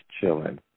chilling